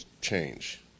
change